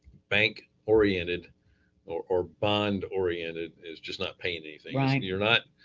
bank oriented or or bond oriented is just not paying anything. i mean you're not